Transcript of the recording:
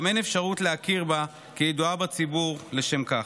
אין אפשרות להכיר בה כידועה בציבור לשם כך.